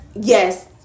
yes